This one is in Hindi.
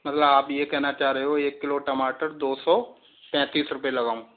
मतलब आप यह कहना चाह रहे हो के एक किलो टमाटर दो सौ पैंतीस रुपए लगाऊँ